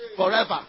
forever